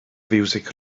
fiwsig